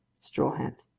straw hat.